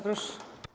Proszę.